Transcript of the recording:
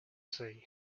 see